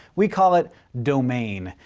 we call it domain.